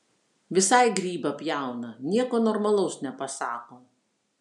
visai grybą pjauna nieko normalaus nepasako